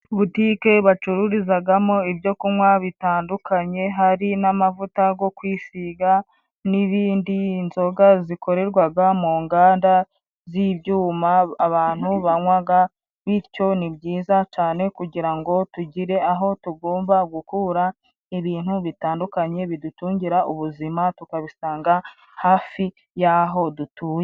Butike bacururizagamo ibyo kunwa bitandukanye, hari n'amavuta go kwisiga n'ibindi. Inzoga zikorerwaga mu nganda z'ibyuma, abantu banwaga, bityo ni byiza cane kugira ngo tugire aho tugomba gukura ibintu bitandukanye bidutungira ubuzima, tukabisanga hafi y'aho dutuye.